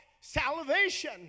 salvation